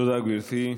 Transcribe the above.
תודה, גברתי.